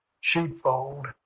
sheepfold